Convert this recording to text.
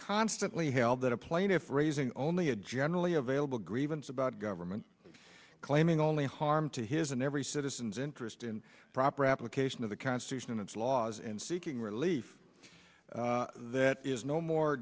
constantly held that a plaintiff raising only a generally available grievance about government claiming only harm to his and every citizen's interest in proper application of the constitution in its laws in seeking relief that is no more